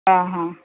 ହଁ ହଁ